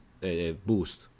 boost